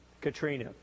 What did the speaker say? Katrina